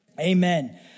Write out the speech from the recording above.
Amen